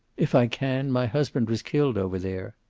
if i can. my husband was killed over there.